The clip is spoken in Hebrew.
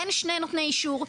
אין שני נותני אישור,